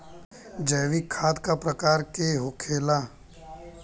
जैविक खाद का प्रकार के होखे ला?